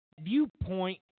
viewpoint